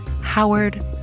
Howard